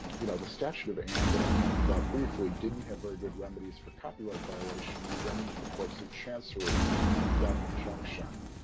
you know, the statute of anne that i talked about briefly didn't have very good remedies for copyright violation. you went into the courts of chancery and you got an injunction,